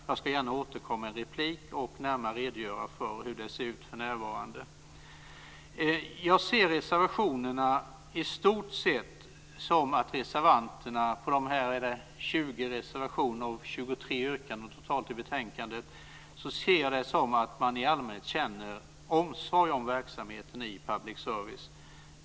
Jag ska gärna återkomma i replik och närmare redogöra för hur det ser ut för närvarande. De 20 reservationerna med 23 yrkanden totalt ser jag som att man i allmänhet känner omsorg om verksamheten i public service.